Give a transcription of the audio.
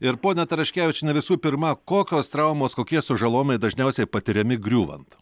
ir ponia taraškevičiene visų pirma kokios traumos kokie sužalojimai dažniausiai patiriami griūvant